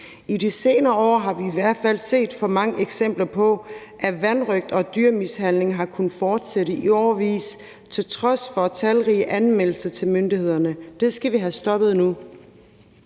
I de senere år har vi i hvert fald set for mange eksempler på, at vanrøgt og dyremishandling har kunnet fortsætte i årevis til trods for talrige anmeldelser til myndighederne. Det skal vi have stoppet nu,